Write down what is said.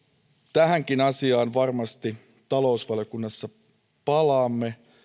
tähänkin asiaan varmasti talousvaliokunnassa palaamme